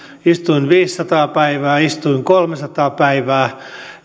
istuin viisisataa päivää istuin kolmesataa päivää